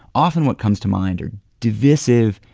often, what comes to mind are divisive,